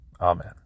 Amen